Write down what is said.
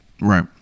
Right